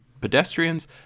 pedestrians